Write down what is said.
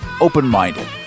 open-minded